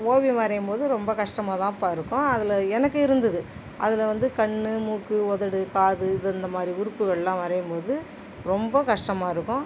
ஓவியம் வரையும் போது ரொம்ப கஸ்டமாகதாப்பா இருக்கும் அதில் எனக்கு இருந்தது அதில் வந்து கண்ணு மூக்கு உதடு காது இது இந்தமாதிரி உறுப்புகள்லாம் வரையும் போது ரொம்ப கஷ்டமாக இருக்கும்